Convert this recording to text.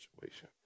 situation